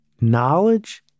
knowledge